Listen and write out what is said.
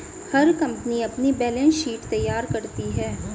हर company अपनी balance sheet तैयार करती है